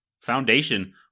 Foundation